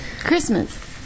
Christmas